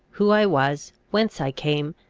who i was, whence i came,